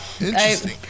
Interesting